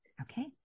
Okay